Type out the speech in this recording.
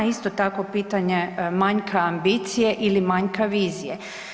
Isto tako pitanje manjka ambicije ili manjka vizije.